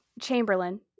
Chamberlain